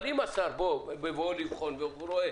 אבל אם השר בבואו לבחון רואה